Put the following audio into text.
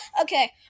Okay